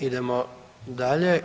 Idemo dalje.